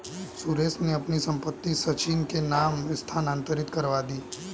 सुरेश ने अपनी संपत्ति सचिन के नाम स्थानांतरित करवा दी